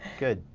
good.